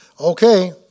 Okay